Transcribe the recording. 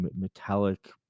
metallic